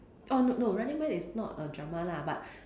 orh no no running man is not a drama lah but